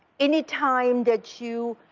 anytime that you,